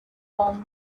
home